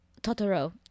Totoro